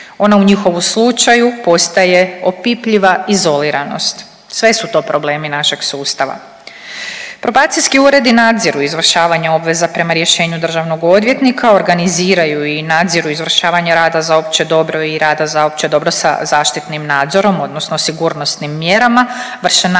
Ona u njihovom slučaju postaje opipljiva izoliranost. Sve su to problemi našeg sustava. Probacijski uredi nadziru izvršavanje obveza prema rješenju državnog odvjetnika, organiziraju i nadziru izvršavanje rada za opće dobro i rada za opće dobro sa zaštitnim nadzorom odnosno sigurnosnim mjerama, vrše